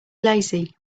lazy